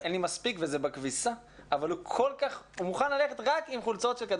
אבל בטוח שאנחנו יכולים לצפות להרבה יותר ממה שקורה